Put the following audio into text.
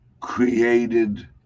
created